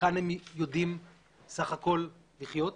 כאן הם יודעים סך הכל לחיות,